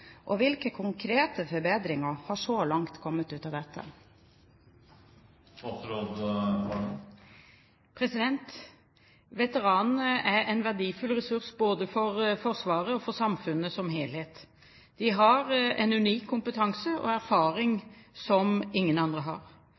og hvilke konkrete forbedringer har så langt kommet ut av dette?» Veteranene er en verdifull ressurs både for Forsvaret og for samfunnet som helhet. De har en unik kompetanse og erfaring som ingen andre har.